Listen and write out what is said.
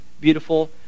beautiful